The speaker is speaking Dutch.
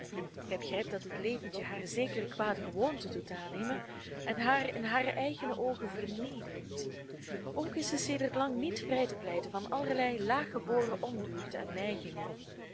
gij begrijpt dat dit leventje haar zekere kwade gewoonten doet aannemen en haar in hare eigene oogen vernedert ook is zij sedert lang niet vrij te pleiten van allerlei laaggeboren ondeugden en